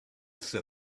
said